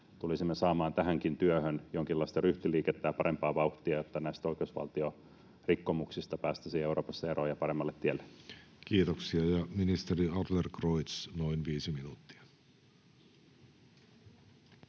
tulisimme saamaan tähänkin työhön jonkinlaista ryhtiliikettä ja parempaa vauhtia, että näistä oikeusvaltiorikkomuksista päästäisiin Euroopassa eroon ja paremmalle tielle? Kiitoksia. — Ministeri Adlercreutz, noin viisi minuuttia.